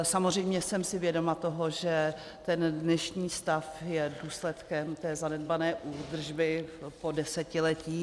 Samozřejmě jsem si vědoma toho, že dnešní stav je důsledkem zanedbané údržby po desetiletí.